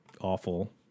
awful